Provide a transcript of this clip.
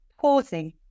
pausing